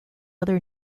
other